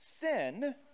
sin